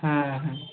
হ্যাঁ হ্যাঁ